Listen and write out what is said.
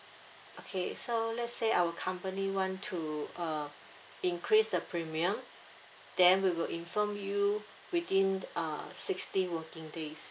okay so let's say our company want to uh increase the premium then we will inform you within uh sixty working days